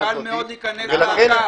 לא קל להיכנס לאתר.